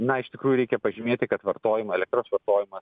na iš tikrųjų reikia pažymėti kad vartojimo elektros vartojimo